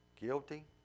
Guilty